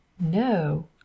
No